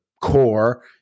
core